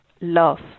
love